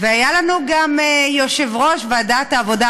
והיה לנו גם יושב-ראש ועדת העבודה,